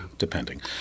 depending